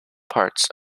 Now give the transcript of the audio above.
parts